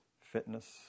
fitness